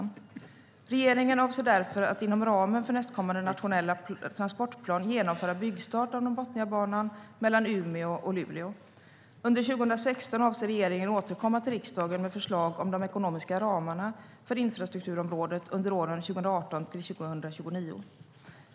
Regeringen avser därför att inom ramen för nästkommande nationella transportplan genomföra byggstart av Norrbotniabanan mellan Umeå och Luleå. Under 2016 avser regeringen att återkomma till riksdagen med förslag om de ekonomiska ramarna för infrastrukturområdet under åren 2018-2029.